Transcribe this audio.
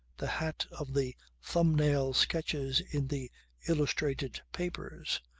the hat of the thumb-nail sketches in the illustrated papers.